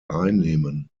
einnehmen